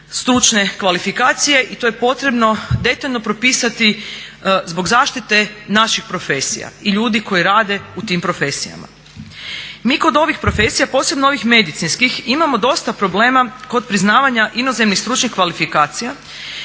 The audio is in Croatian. stručne kvalifikacije i to je potrebno detaljno propisati zbog zaštite naših profesija i ljudi koji rade u tim profesijama. Mi kod ovih profesija, posebno ovih medicinskih imamo dosta problema kod priznavanja inozemnih stručnih kvalifikacija